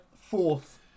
fourth